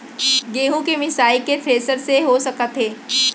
गेहूँ के मिसाई का थ्रेसर से हो सकत हे?